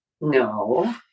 No